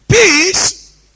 Peace